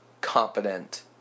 competent